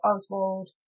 Oswald